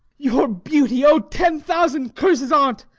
your beauty! oh, ten thousand curses on t!